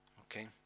Okay